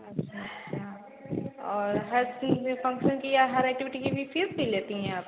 अच्छा अच्छा और हर चीज़ में फ़ंक्शन की या हर ऐक्टिविटी की भी फ़ीस भी लेती हैं आप